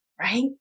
right